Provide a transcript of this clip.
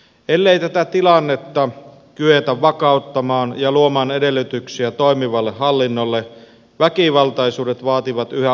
ellei tätä tilannetta kyetä vakauttamaan ja luomaan edellytyksiä toimivalle hallinnolle väkivaltaisuudet vaativat yhä uusia uhreja